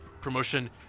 promotion